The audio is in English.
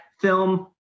film